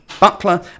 Butler